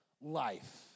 life